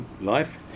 life